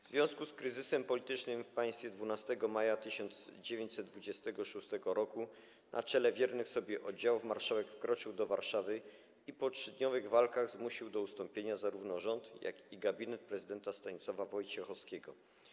W związku z kryzysem politycznym w państwie 12 maja 1926 r. na czele wiernych sobie oddziałów marszałek wkroczył do Warszawy i po 3-dniowych walkach zmusił do ustąpienia zarówno rząd, jak i gabinet prezydenta Stanisława Wojciechowskiego.